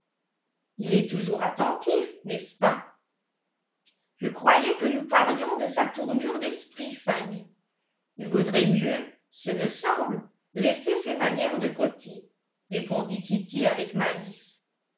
il est toujours attentif n'est-ce pas je croyais que nous parlions de sa tournure d'esprit fanny il vaudrait mieux ce me semble laisser ses manières de côté répondit kitty avec malice